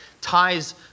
ties